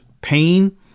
pain